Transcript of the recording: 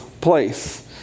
place